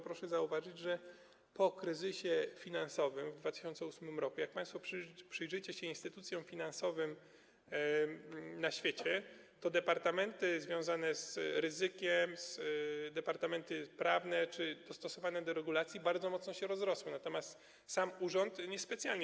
Proszę zauważyć, że po kryzysie finansowym w 2008 r., jak państwo przyjrzycie się instytucjom finansowym na świecie, departamenty związane z ryzykiem, departamenty prawne czy dostosowane do regulacji bardzo mocno się rozrosły, natomiast sam urząd niespecjalnie.